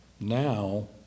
now